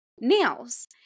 nails